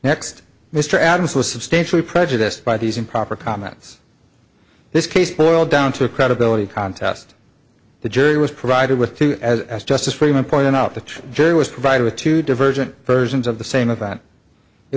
next mr adams was substantially prejudiced by these improper comments this case boiled down to a credibility contest the jury was provided with two as justice freeman pointed out the jury was provided with two divergent versions of the same